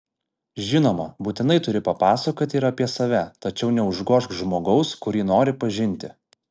žinoma būtinai turi papasakoti ir apie save tačiau neužgožk žmogaus kurį nori pažinti